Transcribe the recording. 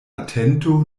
atento